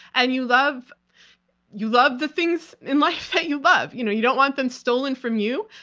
and you love you love the things in life that you love. you know you don't want them stolen from you.